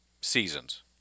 seasons